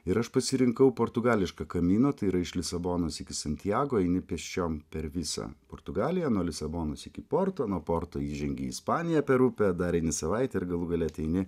ir aš pasirinkau portugališką kamino tai yra iš lisabonos iki santjago eini pėsčiom per visą portugaliją nuo lisabonos iki porto nuo porto įžengi į ispaniją per upę dar eini savaitę ir galų gale ateini